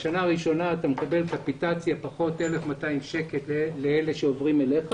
בשנה הראשונה אתה מקבל קפיטציה פחות 1,200 שקלים לאלה שעוברים אליך.